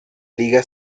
liga